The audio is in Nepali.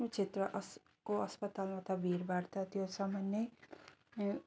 आफ्नो क्षेत्र अस् को अस्पतालमा त भिँडभाड त त्यो सामन्यै